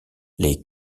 les